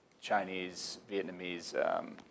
Chinese-Vietnamese